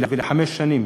ועוד לחמש שנים.